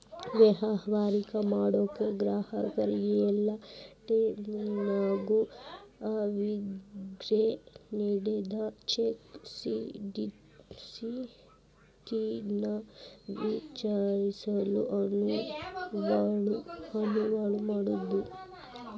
ವ್ಯವಹಾರ ಮಾಡೋ ಗ್ರಾಹಕರಿಗೆ ಯಲ್ಲಾ ಟೈಮದಾಗೂ ಅವ್ರಿಗೆ ನೇಡಿದ್ ಚೆಕ್ ಸ್ಥಿತಿನ ವಿಚಾರಿಸಲು ಅನುವು ಮಾಡ್ತದ್